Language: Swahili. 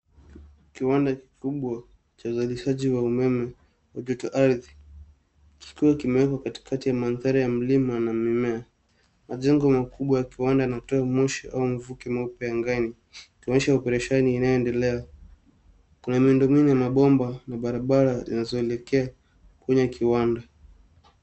Kiwanda kikubwa cha uzalishaji wa umeme wa joto ardhi kikiwa kimewekwa katikati ya mandhari ya mlima na mimea. Majengo makubwa ya kiwanda yanatoa moshi au mvuke mweupe angani, kuonyesha operesheni inayoendelea. Kuna miundo minne ya mabomba na barabara zinazoelekea kwenye kiwanda.